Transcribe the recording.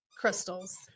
crystals